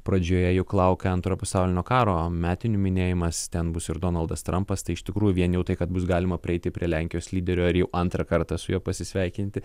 pradžioje juk laukia antro pasaulinio karo metinių minėjimas ten bus ir donaldas trampas tai iš tikrųjų vien jau tai kad bus galima prieiti prie lenkijos lyderio ir jau antrą kartą su juo pasisveikinti